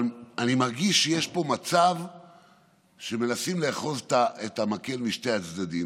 אבל אני מרגיש שיש פה מצב שמנסים לאחוז במקל משני הקצוות,